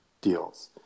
deals